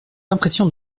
impressions